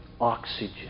Oxygen